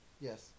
Yes